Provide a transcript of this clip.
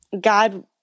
god